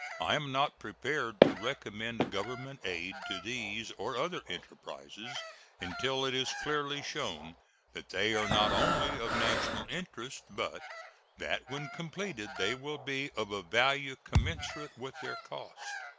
i am not prepared to recommend government aid to these or other enterprises until it is clearly shown that they are not only of national interest, but that when completed they will be of a value commensurate with their cost.